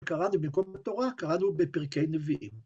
קראנו במקום התורה, קראנו בפרקי נביאים.